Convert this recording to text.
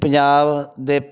ਪੰਜਾਬ ਦੇ